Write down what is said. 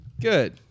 Good